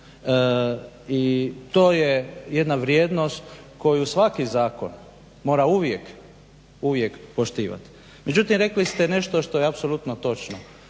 I to je jedna vrijednost koju svaki zakon mora uvijek poštivati. Međutim, rekli ste nešto što je apsolutno točno,